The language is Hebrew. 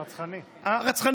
רצחני.